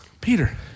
Peter